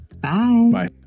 Bye